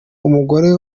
umugore